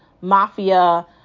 Mafia